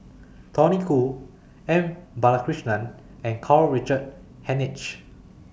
Tony Khoo M Balakrishnan and Karl Richard Hanitsch